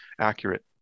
accurate